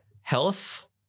health